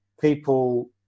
people